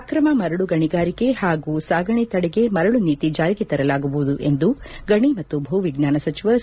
ಅಕ್ರಮ ಮರಳು ಗಣಿಗಾರಿಕೆ ಹಾಗೂ ಸಾಗಣೆ ತಡೆಗೆ ಮರಳು ನೀತಿ ಜಾರಿಗೆ ತರಲಾಗುವುದು ಎಂದು ಗಣಿ ಮತ್ತು ಭೂವಿಜ್ಞಾನ ಸಚಿವ ಸಿ